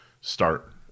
start